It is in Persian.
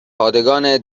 پادگان